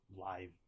live